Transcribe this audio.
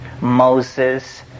Moses